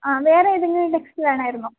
ആ വേറെ ഏതെങ്കിലും ടെക്സ്റ്റ് വേണമായിരുന്നോ